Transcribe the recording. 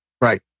Right